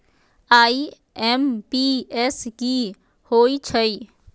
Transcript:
IMPS की होईछइ?